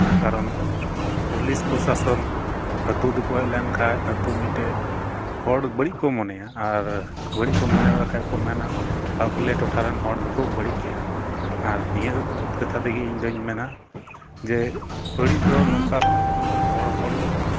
ᱠᱟᱨᱚᱱ ᱯᱩᱞᱤᱥ ᱯᱨᱚᱥᱟᱥᱚᱱ ᱟᱹᱛᱩ ᱛᱮᱠᱚ ᱦᱮᱡ ᱞᱮᱱ ᱠᱷᱟᱱ ᱟᱹᱛᱩ ᱢᱤᱫᱴᱮᱱ ᱦᱚᱲ ᱵᱟᱹᱲᱤᱡ ᱠᱚ ᱢᱚᱱᱮᱭᱟ ᱟᱨ ᱵᱟᱹᱲᱤᱡ ᱠᱚ ᱢᱚᱱᱮ ᱞᱮᱠᱷᱟᱱ ᱠᱚ ᱢᱮᱱᱟ ᱟᱨ ᱵᱚᱞᱮ ᱴᱚᱴᱷᱟ ᱨᱮᱱ ᱦᱚᱲ ᱫᱚᱠᱚ ᱵᱟᱹᱲᱤᱡ ᱜᱮᱭᱟ ᱟᱨ ᱱᱤᱭᱟᱹ ᱠᱚ ᱠᱟᱛᱷᱟ ᱛᱮᱜᱮ ᱤᱧ ᱫᱩᱧ ᱢᱮᱱᱟ ᱡᱮ ᱵᱟᱹᱲᱤᱡ ᱫᱚ ᱱᱚᱝᱠᱟ ᱵᱟᱹᱲᱤᱡ ᱫᱚ ᱦᱚᱲ ᱦᱚᱯᱚᱱ